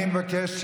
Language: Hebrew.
אני מבקש,